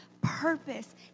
purpose